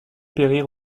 périr